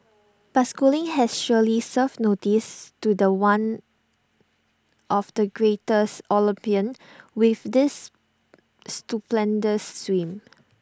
but schooling has surely served notice to The One of the greatest Olympian with this stupendous swim